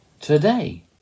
today